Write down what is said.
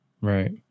Right